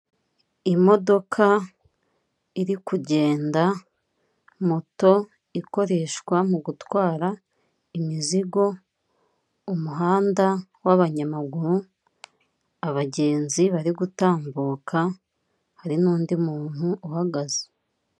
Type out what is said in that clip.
Imodoka iri kugenda, moto ikoreshwa mu gutwara imizigo, umuhanda w'abanyamaguru, abagenzi bari gutambuka hari n'undi muntu uhagaze.